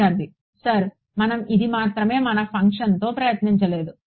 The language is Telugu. విద్యార్ధి సర్ మనం ఇది మాత్రమే మన ఫంక్షన్తో ప్రయత్నించలేదు